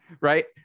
right